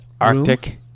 Arctic